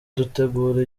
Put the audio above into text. dutegura